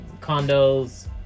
condos